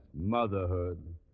Motherhood